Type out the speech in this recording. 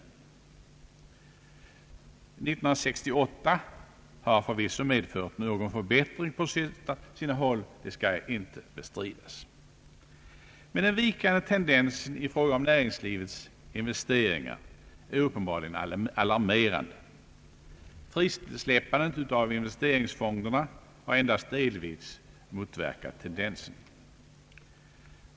År 1968 har förvisso medfört någon förbättring på sina håll, det skall inte bestridas. Den vikande tendensen i fråga om näringslivets investeringar är uppenbarligen alarmerande. Frisläppandet av investeringsfonderna har endast delvis motverkat tendensen.